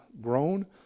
grown